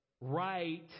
right